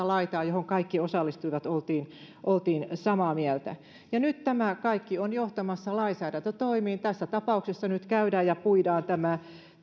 laitaan johon kaikki osallistuivat ja oltiin samaa mieltä ja nyt tämä kaikki on johtamassa lainsäädäntötoimiin tässä tapauksessa nyt käydään ja puidaan tämä